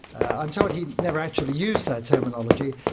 i'm told he never actually used that terminology,